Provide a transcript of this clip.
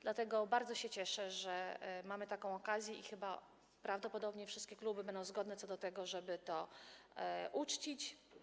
Dlatego bardzo się cieszę, że mamy taką okazję i że prawdopodobnie wszystkie kluby będą zgodne co do tego, żeby to uczcić.